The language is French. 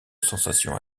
sensation